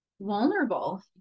vulnerable